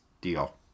deal